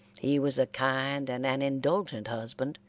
he was a kind and an indulgent husband,